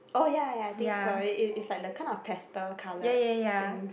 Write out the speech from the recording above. oh ya ya ya I think it's it's like the kind of pastel colours things